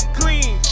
clean